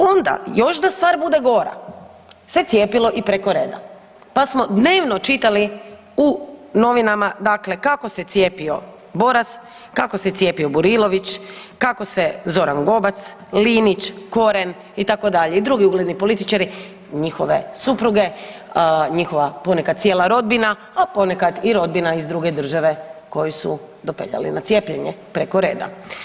Onda još da stvar bude gora se cijepilo i preko reda pa smo dnevno čitali u novinama dakle kako se cijepio Boras, kako se cijepio Burilović, kako se Zoran Gobac, Linić, Koren itd., i drugi ugledni političari i njihove supruge, njihova ponekad cijela rodbina a ponekad i rodbina iz druge države koju su dopeljali na cijepljenje preko reda.